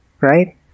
right